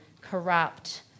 corrupt